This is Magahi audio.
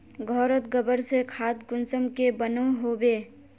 घोरोत गबर से खाद कुंसम के बनो होबे?